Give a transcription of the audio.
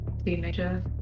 teenager